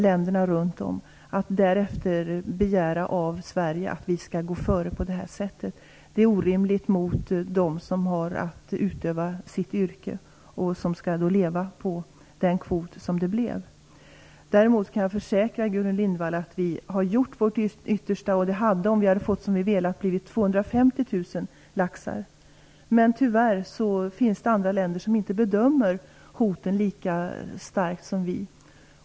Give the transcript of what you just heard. Det är orimligt att därefter begära av Sverige att vi skall gå före på detta sätt. Det är orimligt mot dem som har att utöva sitt yrke och som skall leva på den kvot det blev. Däremot kan jag försäkra Gudrun Lindvall att vi har gjort vårt yttersta. Om vi fått som vi velat hade kvoten blivit 250 000 laxar. Men tyvärr finns det andra länder som inte bedömer hoten lika starkt som vi.